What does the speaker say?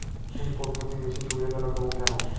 কোন পদ্ধতি বেশি সুবিধাজনক এবং কেন?